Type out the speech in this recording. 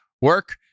work